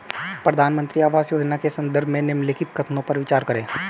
प्रधानमंत्री आवास योजना के संदर्भ में निम्नलिखित कथनों पर विचार करें?